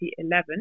2011